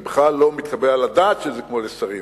זה בכלל לא מתקבל על הדעת שזה כמו לשרים,